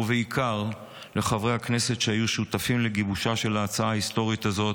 ובעיקר לחברי הכנסת שהיו שותפים לגיבושה של ההצעה ההיסטורית הזאת,